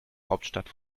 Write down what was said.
hauptstadt